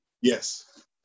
Yes